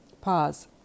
Pause